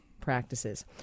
practices